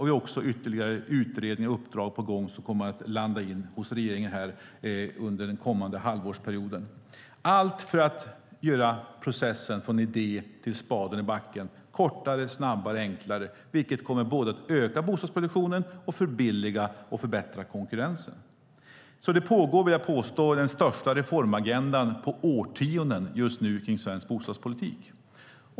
Vi har ytterligare utredningar och uppdrag på gång som kommer att landa hos regeringen under den kommande halvårsperioden. Allt detta sker för att göra processen från idé till spaden i backen kortare, snabbare och enklare, vilket kommer att både öka bostadsproduktionen och förbilliga och förbättra konkurrensen. Jag vill påstå att det är den största reformagendan på årtionden som pågår just nu i svensk bostadspolitik.